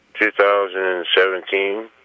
2017